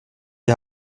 die